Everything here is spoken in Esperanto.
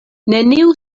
neniu